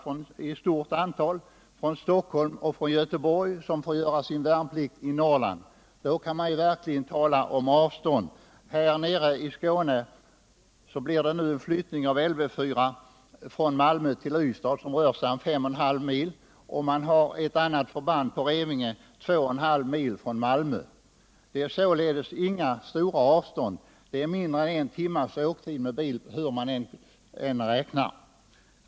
Ett stort antal värnpliktiga från Stockholm och från Göteborg får göra sin värnplikt i Norrland. I de fallen kan man verkligen tala om avstånd. Nere i Skåne blir det nu fråga om en flyttning av Lv 4 från Malmö till Ystad, ca 5 1 2 mil från Malmö. Det är således inga stora avstånd. Hur man än räknar, blir det med bil mindre än en timmes restid.